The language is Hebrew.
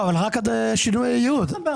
עד מועד שינוי הייעוד.